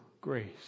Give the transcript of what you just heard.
grace